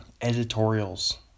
editorials